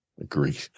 agree